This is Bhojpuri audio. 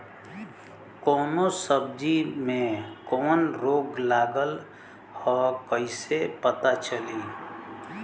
कौनो सब्ज़ी में कवन रोग लागल ह कईसे पता चली?